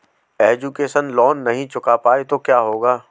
Education loan नहीं चुका पाए तो क्या होगा?